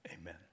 Amen